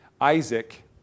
Isaac